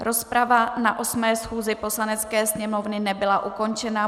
Rozprava na 8. schůzi Poslanecké sněmovny nebyla ukončena.